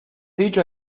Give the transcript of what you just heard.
dicho